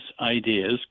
ideas